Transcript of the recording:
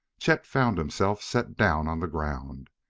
chet found himself set down on the ground,